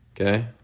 okay